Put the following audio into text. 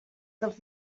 dels